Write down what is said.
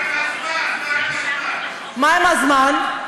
מה עם הזמן?